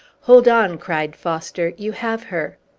hold on! cried foster you have her!